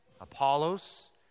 Apollos